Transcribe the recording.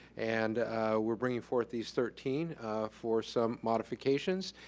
and we're bring forth these thirteen for some modifications.